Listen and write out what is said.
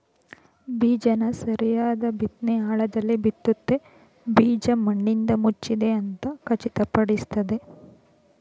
ಬೀಜನ ಸರಿಯಾದ್ ಬಿತ್ನೆ ಆಳದಲ್ಲಿ ಬಿತ್ತುತ್ತೆ ಬೀಜ ಮಣ್ಣಿಂದಮುಚ್ಚಿದೆ ಅಂತ ಖಚಿತಪಡಿಸ್ತದೆ